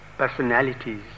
Personalities